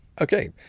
okay